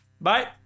Bye